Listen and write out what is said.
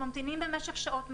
להמתין במשך שעות,